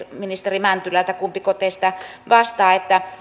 ministeri mäntylältä kumpiko teistä vastaa